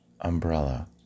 umbrella